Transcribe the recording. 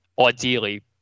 ideally